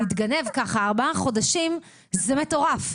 שהנציגים שלה יושבים כאן וממלאים את פיהם מים יעזרו לנו,